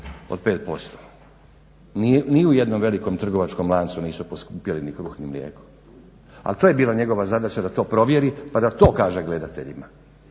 od 5%. Ni u jednom trgovačkom lancu nisu poskupjeli ni kruh ni mlijeko ali to je bila njegova zadaća da to provjeri pa da to kaže gledateljima.